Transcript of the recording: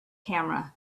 camera